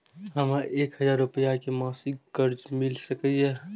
हमरा एक हजार रुपया के मासिक कर्जा मिल सकैये?